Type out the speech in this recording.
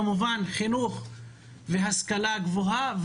כמובן חינוך והשכלה גבוהה,